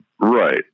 Right